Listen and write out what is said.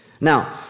Now